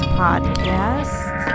podcast